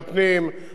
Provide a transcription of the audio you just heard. הרשות המקומית.